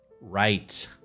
right